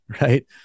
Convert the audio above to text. right